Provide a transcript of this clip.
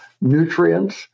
nutrients